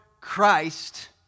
Christ